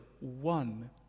one